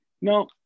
no